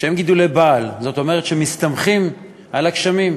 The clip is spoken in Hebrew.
שהם גידולי בעל, זאת אומרת, שמסתמכים על הגשמים,